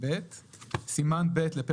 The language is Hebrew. על פי ההיתר הכללי,